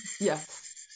Yes